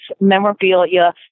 memorabilia